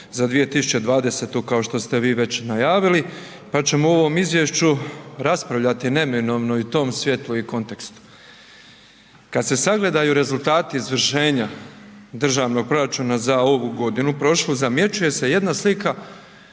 za 2020. kao što ste vi već najavili. Pa ćemo o ovom izvješću raspravljati neminovno i u tom svjetlu i kontekstu. Kada se sagledaju rezultati izvršenja državnog proračuna za ovu godinu, prošlu, zamjećuje se jedna slika